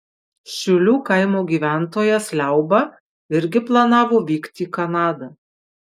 šiulių kaimo gyventojas liauba irgi planavo vykti į kanadą